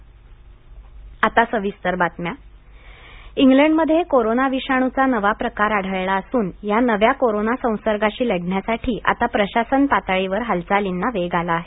Nagpur corona England मध्ये कोरोनाविषाणूचा नवा प्रकार आढळला असून या नव्या कोरोना संसर्गाशी लढण्यासाठी आता प्रशासन पातळीवर हालचालींना वेग आला आहे